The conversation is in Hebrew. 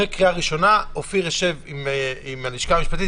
אחרי קריאה ראשונה אופיר ישב עם הלשכה המשפטית,